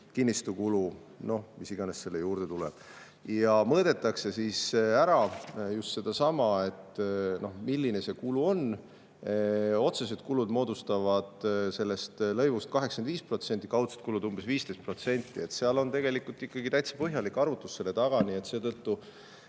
kinnistukulu ja mis iganes selle juurde tuleb. Mõõdetakse ära just seesama, et milline see kulu on. Otsesed kulud moodustavad sellest lõivust 85% ja kaudsed kulud umbes 15%. Seal on tegelikult ikkagi täitsa põhjalik arvutus taga. Seetõttu,